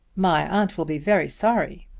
my aunt will be very sorry.